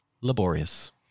laborious